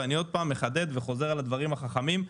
ואני עוד פעם מחדד וחוזר על הדברים החכמים.